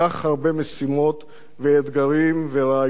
ואתגרים ורעיונות להוציא אל הפועל.